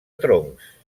troncs